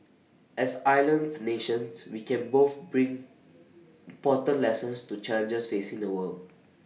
as island nations we can both bring important lessons to challenges facing the world